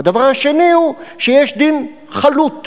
והדבר השני הוא שיש דין חלוט.